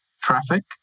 traffic